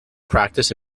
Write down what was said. practice